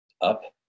up